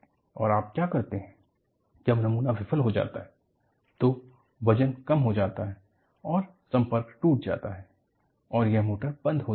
और आप क्या करते हैं जब नमूना विफल हो जाता है तो वजन कम हो जाता है और संपर्क टूट जाता है और यह मोटर बंद हो जाता है